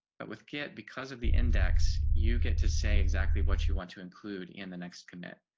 but with kit, because of the index, you get to say exactly what you want to include in the next commit